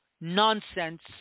nonsense